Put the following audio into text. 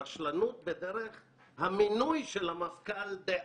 מעוותת בלי שאנחנו שומעים באמת מה קרה עם גל